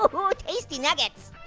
ah ooh, tasty nuggets.